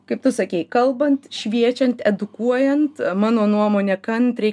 kaip tu sakei kalbant šviečiant edukuojant mano nuomone kantriai